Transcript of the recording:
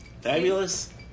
Fabulous